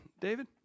David